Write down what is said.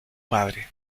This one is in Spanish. padre